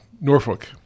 Norfolk